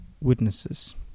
witnesses